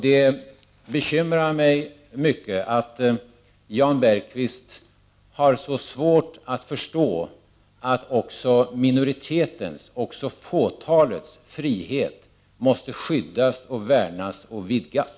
Det bekymrar mig mycket att Jan Bergqvist har så svårt att förstå att också minoritetens, fåtalets frihet måste skyddas, värnas och vidgas.